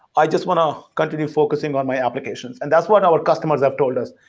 i just want to continue focusing on my applications, and that's what our customers have told us.